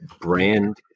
brand